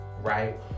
right